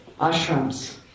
ashrams